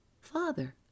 Father